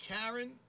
Karen